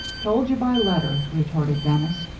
told you by letter, retorted dennis.